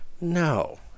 No